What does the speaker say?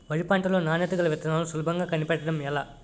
వరి పంట లో నాణ్యత గల విత్తనాలను సులభంగా కనిపెట్టడం ఎలా?